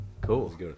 Cool